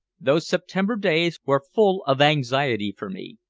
those september days were full of anxiety for me.